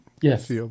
Yes